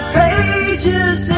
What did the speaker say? pages